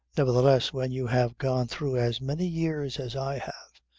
nevertheless, when you have gone through as many years as i have,